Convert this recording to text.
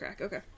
okay